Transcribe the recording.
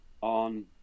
on